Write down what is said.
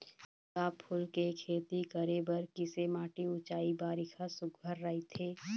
गुलाब फूल के खेती करे बर किसे माटी ऊंचाई बारिखा सुघ्घर राइथे?